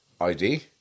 ID